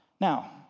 Now